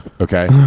Okay